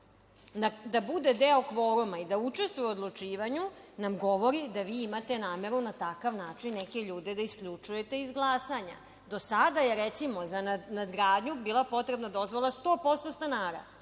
da bude deo kvoruma i da učestvuje u odlučivanju nam govori da vi imate nameru da na takav način neke ljude isključujete iz glasanja. Do sada je recimo za nadgradnju bila potrebna dozvola sto posto stanara.